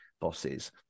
bosses